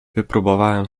wypróbowałem